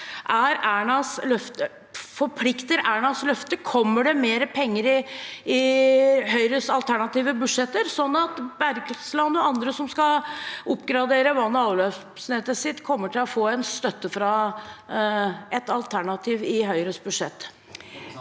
Ernas løfte? Kommer det mer penger i Høyres alternative budsjetter, sånn at Bergsland og andre som skal oppgradere vann- og avløpsnettet sitt, kommer til å få en støtte i/fra et alternativt budsjett